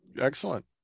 excellent